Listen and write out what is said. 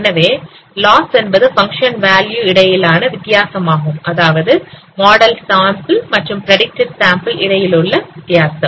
எனவே லாஸ் என்பது function value இடையிலான வித்தியாசமாகும் அதாவது மாடல் சாம்பிள் மற்றும் பிரடிக்ட் சாம்பிள் இடையில் உள்ள வித்தியாசம்